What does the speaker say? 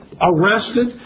arrested